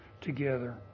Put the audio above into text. together